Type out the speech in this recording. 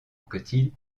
anquetil